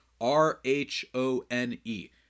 R-H-O-N-E